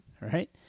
Right